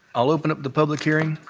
i'll open up the public hearing.